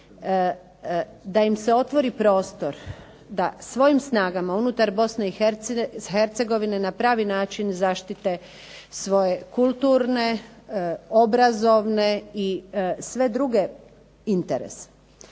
da im se otvori prostor da svojim snagama unutar BiH na pravi način zaštite svoje kulturne, obrazovne i sve druge interese.